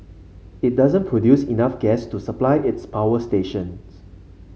it doesn't produce enough gas to supply its power stations